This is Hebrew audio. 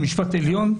המשפט עליון.